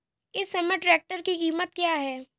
इस समय ट्रैक्टर की कीमत क्या है?